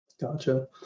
Gotcha